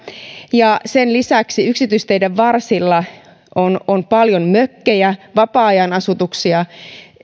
ja sen lisäksi yksityisteiden varsilla on on paljon mökkejä vapaa ajan asutuksia